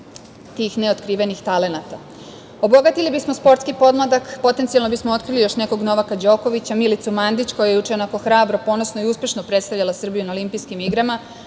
tih neotkrivenih talenata. Obogatili bismo sportski podmladak, potencijalno bismo otkrili još nekog Novaka Đokovića, Milicu Mandić, koja je juče onako hrabro, ponosno i uspešno predstavljala Srbiju na Olimpijskim igrama,